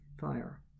fire